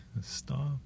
stop